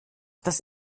das